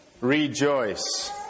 rejoice